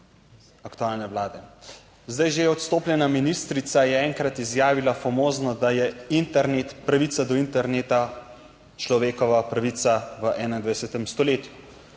aktualne Vlade. Zdaj že odstopljena ministrica je enkrat izjavila famozno, da je internet, pravica do interneta človekova pravica v 21. stoletju.